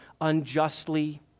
unjustly